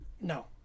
No